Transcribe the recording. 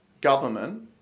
government